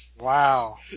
Wow